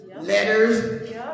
letters